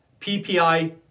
PPI